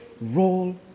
Roll